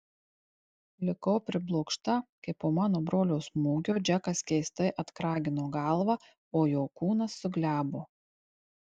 likau priblokšta kai po mano brolio smūgio džekas keistai atkragino galvą o jo kūnas suglebo